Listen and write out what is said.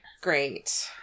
great